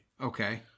okay